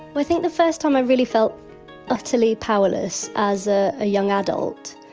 but i think the first time i really felt utterly powerless, as a young adult,